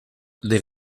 les